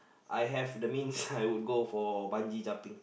I have the means I would go for bungee jumping